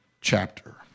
chapter